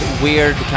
weird